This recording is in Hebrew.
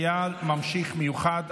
(דייר ממשיך מיוחד),